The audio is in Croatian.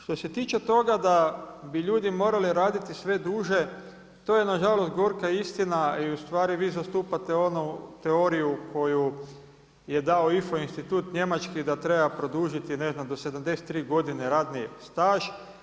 Što se tiče toga da bi ljudi morali raditi sve duže, to je nažalost gorka istina i ustvari vi zastupate onu teoriju koju je dao ifo institut njemački da treba produžiti ne znam do 73 godine radni staž.